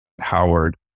Howard